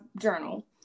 journal